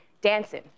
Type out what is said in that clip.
dancing